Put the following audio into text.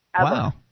Wow